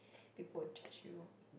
people will judge you